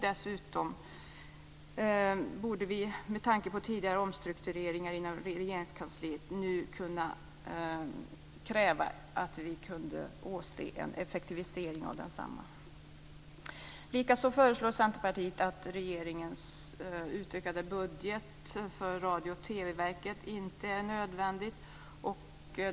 Dessutom borde vi med tanke på tidigare omstruktureringar inom Regeringskansliet nu kunna kräva att få se en effektivisering av detsamma. Likaså anser Centerpartiet att regeringens utökade budgetanslag för Radio och TV-verket inte är nödvändigt.